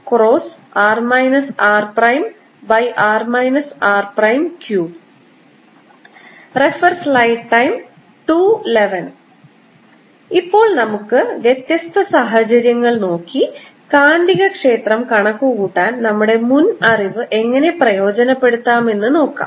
B0 Hjfree B0HM B04πdVjr×r rr r3 ഇപ്പോൾ നമുക്ക് വ്യത്യസ്ത സാഹചര്യങ്ങൾ നോക്കി കാന്തികക്ഷേത്രം കണക്കുകൂട്ടാൻ നമ്മുടെ മുൻ അറിവ് എങ്ങനെ പ്രയോജനപ്പെടുത്താം എന്ന് നോക്കാം